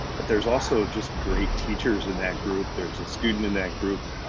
but there's also just great teachers in that group. there's a student in that group